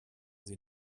sie